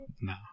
no